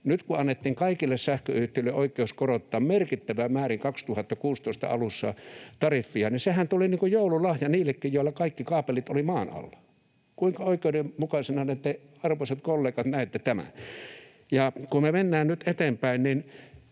Nyt kun annettiin kaikille sähköyhtiöille oikeus korottaa merkittävässä määrin vuoden 2016 alussa tariffia, niin sehän tuli niin kuin joululahja niillekin, joilla kaikki kaapelit olivat maan alla. Kuinka oikeudenmukaisena te, arvoisat kollegat, näette tämän? Ja kun me mennään nyt eteenpäin,